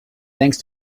thanks